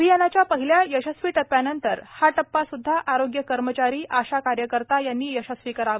अभियानाच्या पहिल्या यशस्वी टप्प्यानंतर हा टप्पा सुध्दा आरोग्य कर्मचारी आशा कार्यकर्ता यांनी यशस्वी करावा